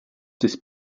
des